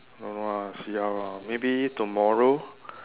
don't know ah see how lah maybe tomorrow